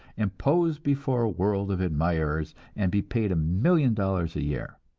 and pose before a world of admirers, and be paid a million dollars a year.